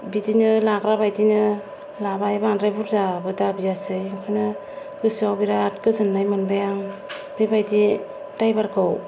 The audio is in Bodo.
बिदिनो लाग्रा बायदिनो लाबाय बांद्राय बुरजाबो दाबियासै ओंखायनो गोसोआव बिराद गोजोन्नाय मोनबाय आं बेबायदि दायभारखौ